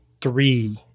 three